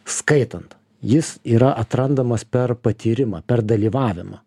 skaitant jis yra atrandamas per patyrimą per dalyvavimą